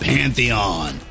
Pantheon